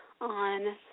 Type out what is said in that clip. on